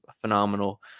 phenomenal